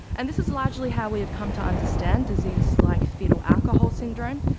and this is largely how we have come to understand diseases like foetal alcohol syndrome,